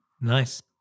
Nice